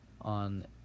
on